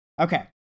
Okay